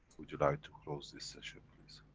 would you like to close this session please?